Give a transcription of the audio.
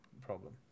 problem